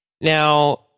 Now